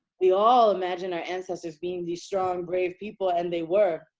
we all imagined our ancestors being these strong, brave people. and they were,